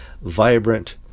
vibrant